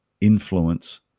influence